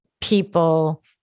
people